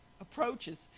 approaches